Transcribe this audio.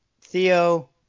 Theo